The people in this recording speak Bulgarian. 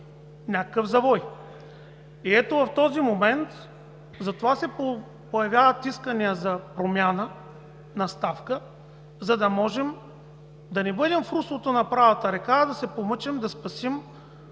някакъв завой. И ето в този момент затова се появяват искания за промяна на ставка, за да можем да не бъдем в руслото на правата река, а да се помъчим да спасим